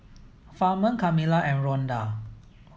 Ferman Kamila and Ronda